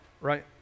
right